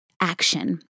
action